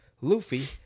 Luffy